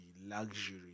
luxury